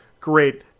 great